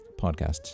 podcasts